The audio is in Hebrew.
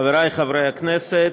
חברי חברי הכנסת,